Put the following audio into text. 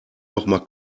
nochmal